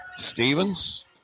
Stevens